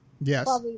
Yes